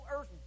earth